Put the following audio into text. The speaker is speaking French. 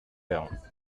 air